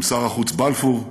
עם שר החוץ בלפור,